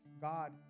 God